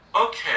Okay